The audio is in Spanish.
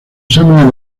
exámenes